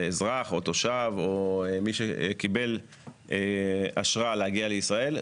אזרח או תושב או מי שקיבל אשרה להגיע לישראל,